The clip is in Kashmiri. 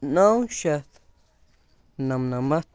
نو شیٚتھ نَمنَمتھ